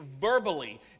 verbally